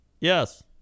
Yes